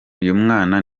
uyumwana